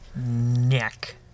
Neck